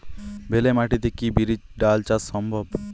বেলে মাটিতে কি বিরির ডাল চাষ সম্ভব?